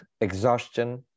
exhaustion